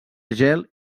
gel